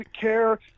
Care